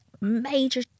major